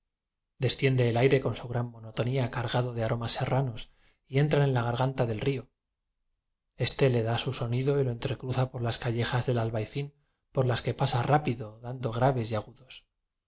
ciende el aire con su gran monoíonía car gado de aromas serranos y enfran en la garganfa del río ésfe le da su sonido y lo enfrecruza por las callejas del albayzín por las que pasa rápido dando graves y agu